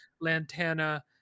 Lantana